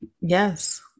yes